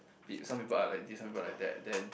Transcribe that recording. bit some people are like this some people like that then